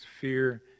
fear